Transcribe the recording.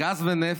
גז ונפט,